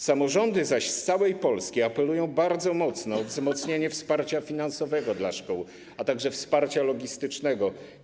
Samorządy zaś z całej Polski apelują bardzo mocno o wzmocnienie wsparcia finansowego dla szkół, a także wsparcia logistycznego.